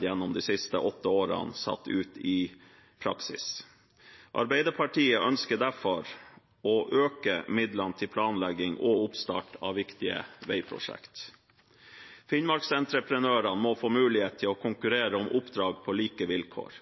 gjennom de siste åtte årene, skulle vi ha sett satt ut i praksis. Arbeiderpartiet ønsker derfor å øke midlene til planlegging og oppstart av viktige veiprosjekt. Finnmarksentreprenørene må få mulighet til å konkurrere om oppdrag på like vilkår.